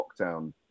lockdown